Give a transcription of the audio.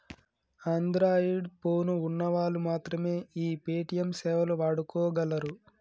Android phone ఉన్న వాళ్ళు మాత్రమె ఈ యూ.పీ.ఐ సేవలు వాడుకోగలరు